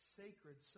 sacred